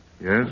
Yes